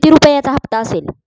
किती रुपयांचा हप्ता असेल?